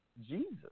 Jesus